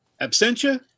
Absentia